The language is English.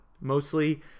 mostly